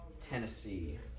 Tennessee